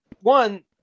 one